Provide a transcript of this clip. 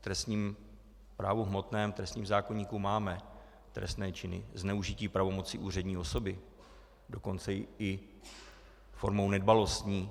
V trestním právu hmotném, v trestním zákoníku máme trestné činy zneužití pravomoci úřední osoby, dokonce i formou nedbalostní.